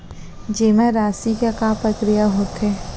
जेमा राशि के का प्रक्रिया होथे?